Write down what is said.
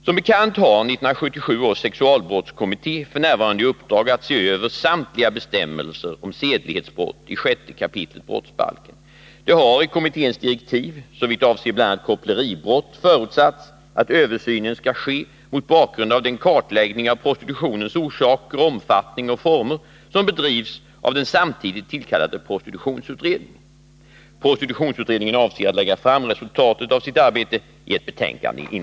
Som bekant har 1977 års sexualbrottskommitté f. n. i uppdrag att se över samtliga bestämmelser om sedlighetsbrott i 6 kap. brottsbalken. Det har i kommitténs direktiv såvitt avser bl.a. koppleribrott förutsatts att översynen skall ske mot bakgrund av den kartläggning av prostitutionens orsaker, omfattning och former som bedrivs av den samtidigt tillkallade prostitutionsutredningen . Prostitutionsutredningen avser att inom kort lägga fram resultatet av sitt arbete i ett betänkande.